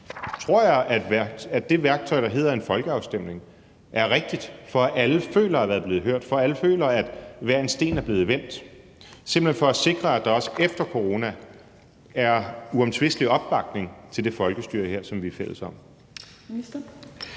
jeg, at det værktøj, der hedder en folkeafstemning, er rigtigt, for at alle føler, at de er blevet hørt, for at alle føler, at hver en sten er blevet vendt, altså simpelt hen for at sikre, at der også efter corona er uomtvistelig opbakning til det folkestyre, som vi er fælles om.